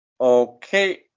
Okay